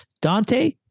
Dante